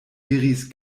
diris